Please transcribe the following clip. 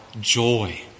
joy